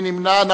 מי נמנע?